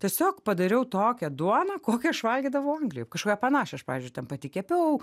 tiesiog padariau tokią duoną kokią aš valgydavau anglijoj kažkokią panašią aš pavyzdžiui ten pati kepiau